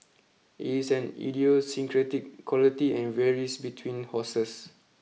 it is an idiosyncratic quality and varies between horses